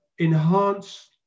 enhance